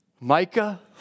Micah